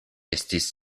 estis